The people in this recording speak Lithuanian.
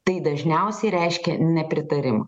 tai dažniausiai reiškia nepritarimą